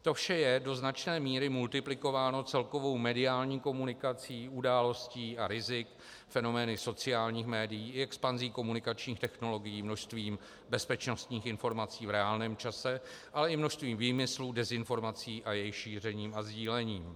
To vše je do značné míry multiplikováno celkovou mediální komunikací událostí a rizik, fenomény sociálních médií i expanzí komunikačních technologií, množstvím bezpečnostních informací v reálném čase, ale i množstvím výmyslů, dezinformací a jejich šířením a sdílením.